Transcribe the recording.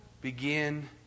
begin